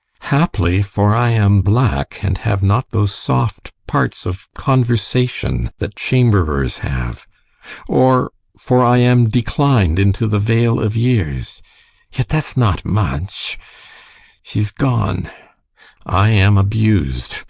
haply, for i am black, and have not those soft parts of conversation that chamberers have or for i am declin'd into the vale of years yet that's not much she's gone i am abus'd,